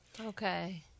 Okay